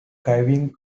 carvings